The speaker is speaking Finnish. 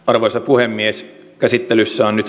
arvoisa puhemies käsittelyssä on